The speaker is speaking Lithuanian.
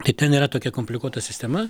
tai ten yra tokia komplikuota sistema